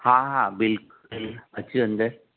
हा हा बिल्कुलु बिल्कुलु अचो अंदरि